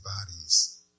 bodies